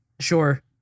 Sure